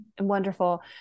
Wonderful